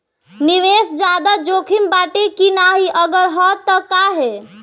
निवेस ज्यादा जोकिम बाटे कि नाहीं अगर हा तह काहे?